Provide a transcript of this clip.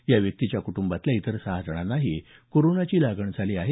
या व्यक्तीच्या कुटुंबातल्या इतर सहा जणांनाही कोरोनाची लागण झाली आहे